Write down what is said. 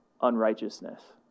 unrighteousness